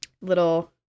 little